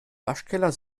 waschkeller